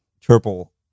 triple